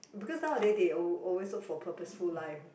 because nowadays they al~ always look for purposeful life